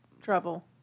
trouble